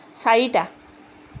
চাৰিটা